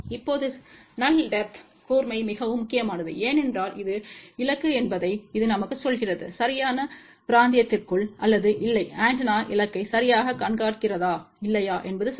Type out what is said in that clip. இப்போது null depth கூர்மை மிகவும் முக்கியமானது ஏனென்றால் இது இலக்கு என்பதை இது நமக்கு சொல்கிறது சரியான பிராந்தியத்திற்குள் அல்லது இல்லை ஆண்டெனா இலக்கை சரியாகக் கண்காணிக்கிறதா இல்லையா என்பது சரி